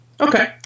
Okay